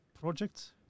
projects